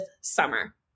summer